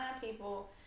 people